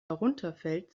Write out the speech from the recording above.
herunterfällt